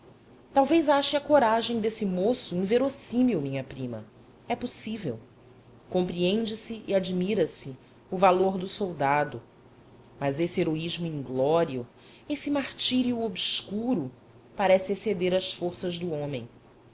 talvez ache a coragem desse moço inverossímil minha prima é possível compreende-se e admira-se o valor do soldado mas esse heroísmo inglório esse martírio obscuro parece exceder as forças do homem